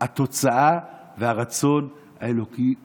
התוצאה והרצון האלוקי מתגברים.